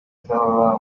zaba